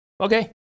okay